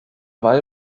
wall